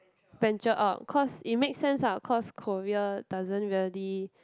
venture out cause it makes sense ah cause Korea doesn't really